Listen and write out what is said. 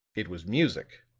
it was music.